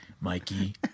Mikey